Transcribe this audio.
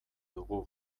dugu